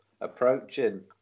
approaching